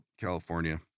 California